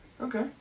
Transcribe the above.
Okay